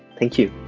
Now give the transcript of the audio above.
thank you